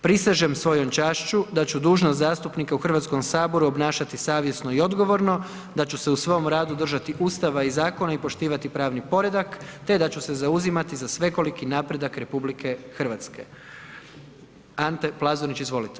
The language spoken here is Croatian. Prisežem svojom čašću da ću dužnost zastupnika u Hrvatskom saboru obnašati savjesno i odgovorno i da ću se u svom radu držati Ustava i zakona i poštovati pravni poredak te da ću se zauzimati za svekoliki napredak Republike Hrvatske.